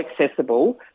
accessible